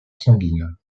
sanguine